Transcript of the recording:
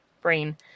Brain